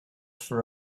for